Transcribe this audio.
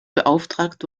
beauftragt